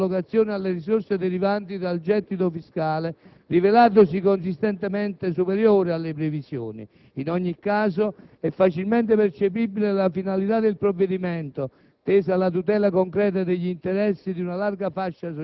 delle categorie sociali: occorre cioè dare immediata collocazione alle risorse derivanti dal gettito fiscale, rivelatosi consistentemente superiore alle previsioni. In ogni caso, è facilmente percepibile la finalità del provvedimento,